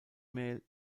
mail